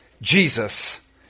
Jesus